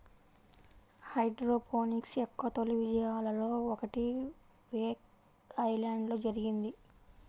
hydroponics యొక్క తొలి విజయాలలో ఒకటి వేక్ ఐలాండ్లో జరిగింది